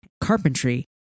carpentry